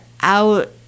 out